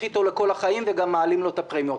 איתו לכל החיים וגם מעלים לו את הפרמיות.